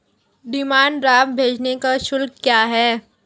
Demand draft भेजने का शुल्क क्या है?